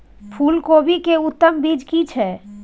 फूलकोबी के उत्तम बीज की छै?